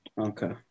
Okay